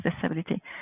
disability